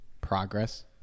progress